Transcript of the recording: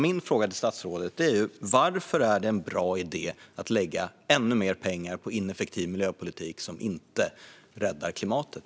Min fråga till statsrådet är därför: Varför är det en bra idé att lägga ännu mer pengar på ineffektiv miljöpolitik som inte räddar klimatet?